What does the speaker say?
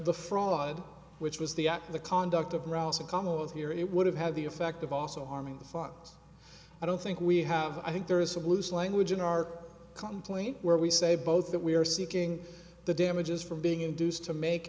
the fraud which was the act of the conduct of rolls of commerce here it would have had the effect of also harming the fox i don't think we have i think there is a loose language in our complaint where we say both that we are seeking the damages from being induced to make